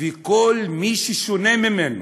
וכל מי ששונה ממנו,